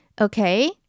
Okay